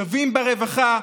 שווים ברווחה,